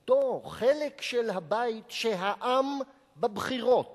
אותו חלק של הבית שהעם בבחירות